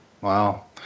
Wow